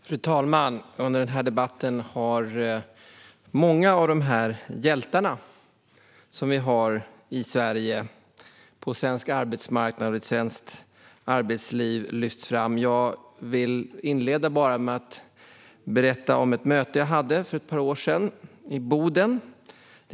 Fru talman! Under debatten har många av de hjältar som vi har i Sverige på svensk arbetsmarknad och i svenskt arbetsliv lyfts fram. Jag vill inleda med att berätta om ett möte jag hade för ett par år sedan i Boden.